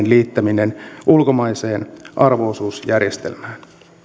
liittäminen ulkomaiseen arvo osuusjärjestelmään